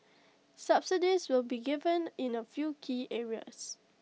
subsidies will be given in A few key areas